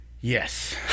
Yes